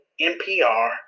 NPR